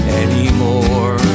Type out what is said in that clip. anymore